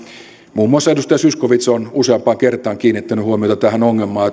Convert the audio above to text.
muun muassa edustaja zyskowicz on useampaan kertaan kiinnittänyt huomiota tähän ongelmaan